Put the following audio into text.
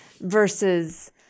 versus